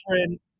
different